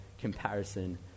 comparison